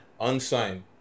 Unsigned